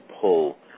pull